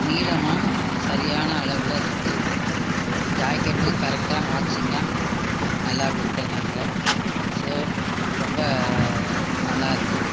நீளமும் சரியான அளவில் இருக்குது ஜாக்கெட்டும் கரெக்ட்டாக மேட்சிங்காக நல்லா கொடுத்து இருந்தாங்க ஸோ ரொம்ப நல்லா இருந்தது